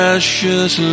Precious